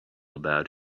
about